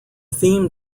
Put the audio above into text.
theme